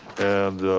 and